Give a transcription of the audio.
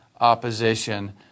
opposition